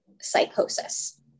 psychosis